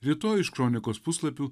rytoj iš kronikos puslapių